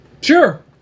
Sure